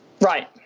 Right